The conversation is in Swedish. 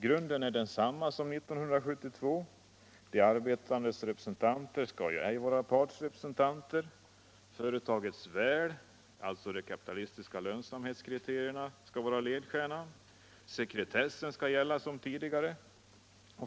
Grunden är densamma som år 1972. De arbetandes representanter skall ej vara partsrepresentanter. Företagets väl — enligt kapitalistiska lönsamhetskriterier — skall vara ledstjärnan och sekretessen skall gälla liksom tidigare.